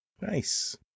nice